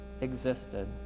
existed